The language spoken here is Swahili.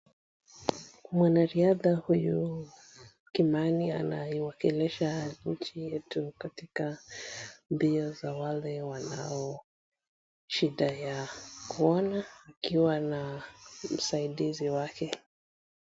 Mwanariadha huyu Kimani anayewakilisha nchi yetu katika mbio za wale wanao shida ya kuona akiwa na msaidizi wake.